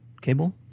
Cable